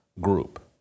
group